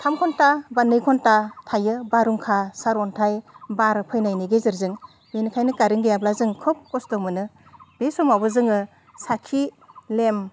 थाम घन्टा बा नै घन्टा थायो बारहुंखा सारअन्थाइ बार फैनायनि गेजेरजों बेनिखायनो कारेन्ट गैयाब्ला जों खब खस्थ' मोनो बे समावबो जोङो साखि लेम